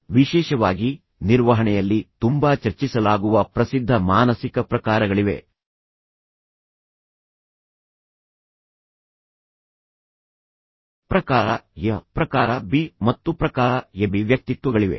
ವಿಶೇಷವಾಗಿ ನಿರ್ವಹಣೆಯಲ್ಲಿ ತುಂಬಾ ಚರ್ಚಿಸಲಾಗುವ ಪ್ರಸಿದ್ಧ ಮಾನಸಿಕ ಪ್ರಕಾರಗಳಿವೆ ಪ್ರಕಾರ ಎ ಪ್ರಕಾರ ಬಿ ಮತ್ತು ಪ್ರಕಾರ ಎಬಿ ವ್ಯಕ್ತಿತ್ವಗಳಿವೆ